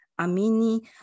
Amini